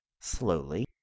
Slowly